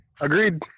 Agreed